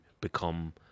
become